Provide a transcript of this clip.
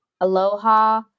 Aloha